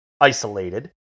isolated